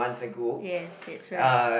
yes that's right